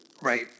Right